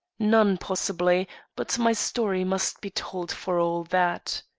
none, possibly but my story must be told for all that.